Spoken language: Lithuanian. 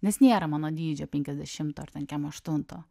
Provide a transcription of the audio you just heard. nes nėra mano dydžio penkiasdešimto ar ten kem aštunto